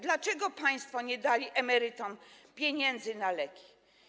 Dlaczego państwo nie dali emerytom pieniędzy na leki?